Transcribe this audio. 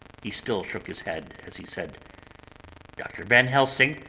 he still shook his head as he said dr. van helsing,